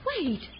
Wait